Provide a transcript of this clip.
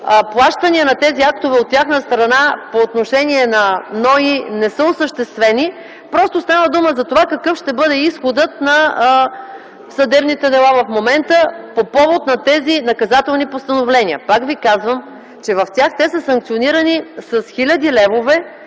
плащания на тези актове от тяхна страна по отношение на НОИ не са осъществени. Просто става дума за това какъв ще бъде изходът на съдебните дела в момента по повод на тези наказателни постановления. Пак ви казвам, че в тях те са санкционирани с хиляди левове